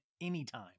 anytime